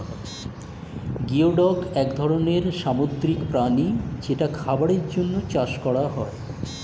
geoduck এক ধরনের সামুদ্রিক প্রাণী যেটা খাবারের জন্যে চাষ করা হয়